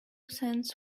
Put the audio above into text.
cents